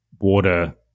water